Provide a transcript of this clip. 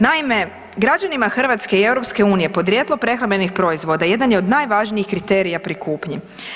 Naime, građanima Hrvatske i EU podrijetlo prehrambenih proizvoda jedan je od najvažnijih kriterija pri kupnji.